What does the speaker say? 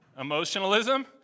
Emotionalism